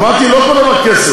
אמרתי: לא כל דבר כסף.